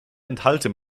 enthalte